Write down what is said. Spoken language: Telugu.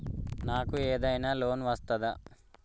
నాకు ఏదైనా లోన్ వస్తదా?